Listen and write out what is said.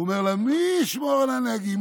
הוא אומר לה: מי ישמור על הנהגים?